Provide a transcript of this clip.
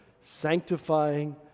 sanctifying